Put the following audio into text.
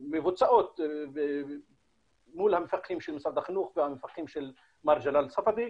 מבוצעות מול המפקחים של משרד החינוך והמפקחים של מר ג'לאל ספדי.